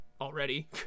already